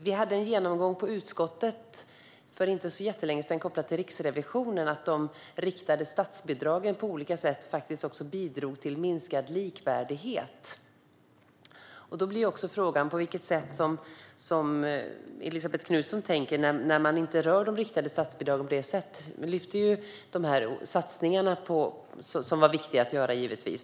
Vi hade en genomgång i utskottet för inte så jättelänge sedan gällande de riktade statsbidragen, som enligt Riksrevisionen på olika sätt har bidragit till minskad likvärdighet. Då blir frågan hur Elisabet Knutsson tänker när man inte rör de riktade statsbidragen. Ni lyfter ju de här satsningarna, som givetvis var viktiga att göra.